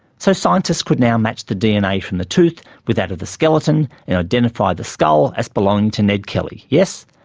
so, scientists could now match the dna from the tooth with that of the skeleton and identify the skull as belonging to ned kelly yes?